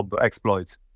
exploits